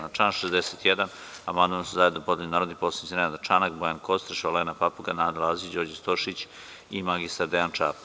Na član 61. amandman su zajedno podneli narodni poslanici Nenad Čanak, Bojan Kostreš, Olena Papuga, Nada Lazić, Đorđe Stojšić i mr Dejan Čapo.